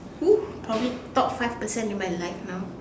!woo! probably top five percent in my life now